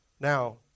now